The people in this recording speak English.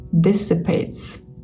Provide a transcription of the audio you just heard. dissipates